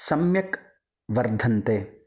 सम्यक् वर्धन्ते